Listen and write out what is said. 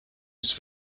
his